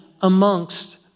amongst